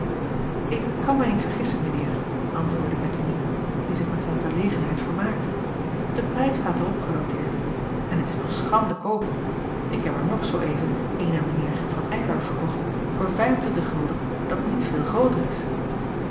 k kan mij niet vergissen mijn eer antwoordde ettemie die zich met zijn verlegenheid vermaakte de prijs staat er op genoteerd en t is nog schandekoop k heb er nog zoo even een aan mijn eer van ylar verkocht voor dat niet veel grooter is